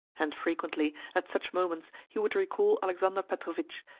and frequently, at such moments he would recall alexander petrovitch,